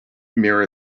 mira